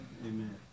Amen